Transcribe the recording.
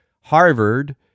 Harvard